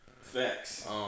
Facts